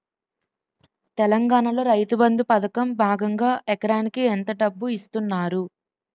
తెలంగాణలో రైతుబంధు పథకం భాగంగా ఎకరానికి ఎంత డబ్బు ఇస్తున్నారు?